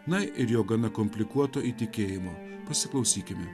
na ir jo gana komplikuoto įtikėjimo pasiklausykime